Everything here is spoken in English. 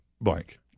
Blank